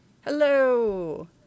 Hello